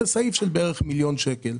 סעיף של בערך מיליון שקלים.